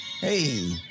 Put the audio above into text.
hey